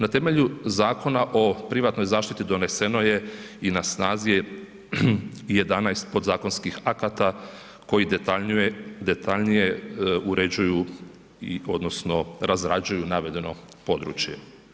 Na temelju Zakona o privatnoj zaštiti doneseno je i na snazi je 11 podzakonskih akata koji detaljnije uređuju odnosno razrađuju navedeno područje.